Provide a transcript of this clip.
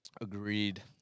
Agreed